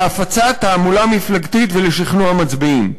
להפצת תעמולה מפלגתית ולשכנוע מצביעים.